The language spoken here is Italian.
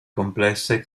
complesse